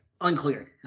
Unclear